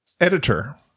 editor